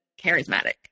Charismatic